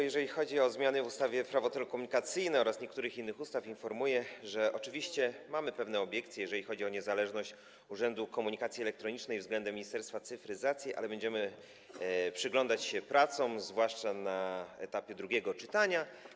Jeżeli chodzi o zmiany w ustawie Prawo telekomunikacyjne oraz w niektórych innych ustawach, informuję, że oczywiście mamy pewne obiekcje, jeżeli chodzi o niezależność Urzędu Komunikacji Elektronicznej od Ministerstwa Cyfryzacji, ale będziemy przyglądać się pracom, zwłaszcza na etapie drugiego czytania.